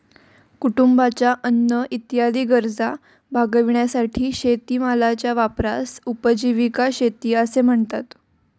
कुटुंबाच्या अन्न इत्यादी गरजा भागविण्यासाठी शेतीमालाच्या वापरास उपजीविका शेती असे म्हणतात